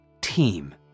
team